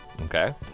okay